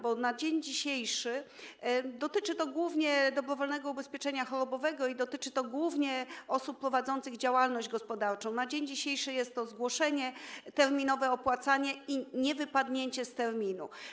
Bo na dzień dzisiejszy - dotyczy to głównie dobrowolnego ubezpieczenia chorobowego i dotyczy to głównie osób prowadzących działalność gospodarczą - jest to zgłoszenie, terminowe opłacanie i niewypadnięcie z terminu.